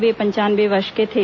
वे पंचानवे वर्ष के थे